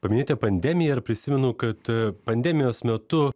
paminėjote pandemiją ir prisimenu kad pandemijos metu